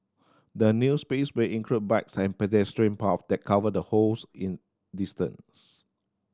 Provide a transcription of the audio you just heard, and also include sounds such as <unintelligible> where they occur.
the new space will include bikes and pedestrian <unintelligible> that cover the holes in distance